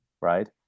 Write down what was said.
right